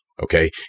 Okay